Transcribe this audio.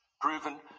proven